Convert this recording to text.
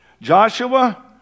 joshua